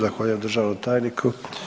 Zahvaljujem državnom tajniku.